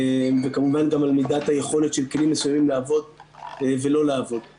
וכמובן גם על מידת היכולת של כלים מסוימים לעבוד ולא לעבוד.